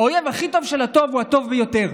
האויב הכי טוב של הטוב הוא הטוב ביותר.